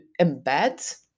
embed